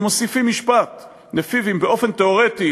מוסיפים משפט שלפיו באופן תיאורטי,